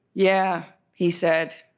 yeah he said,